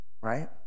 right